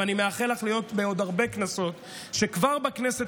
ואני מאחל לך להיות בעוד הרבה כנסות ושכבר הכנסת